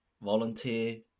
volunteer